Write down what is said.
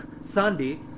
sunday